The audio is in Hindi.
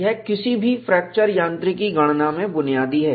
यह किसी भी फ्रैक्चर यांत्रिकी गणना में बुनियादी है